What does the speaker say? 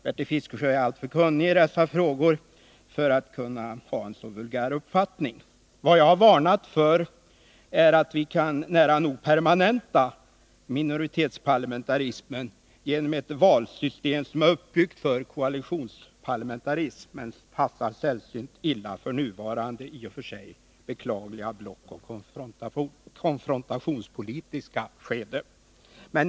Bertil Fiskesjö är alltför kunnig i dessa frågor för att kunna ha en så vulgär uppfattning. Vad jag har varnat för är att vi kan nära nog permanenta minoritetsparlamentarismen genom ett valsystem som är uppbyggt för koalitionsparlamentarism men passar sällsynt illa för nuvarande i och för sig beklagliga blockoch konfrontationspolitiska skede.